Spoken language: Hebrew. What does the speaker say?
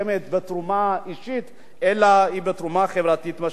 בתרומה אישית אלא היא תרומה חברתית משמעותית.